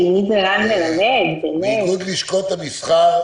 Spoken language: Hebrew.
איגוד לשכות המסחר,